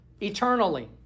eternally